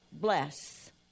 bless